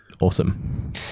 awesome